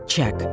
Check